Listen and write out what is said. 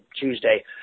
Tuesday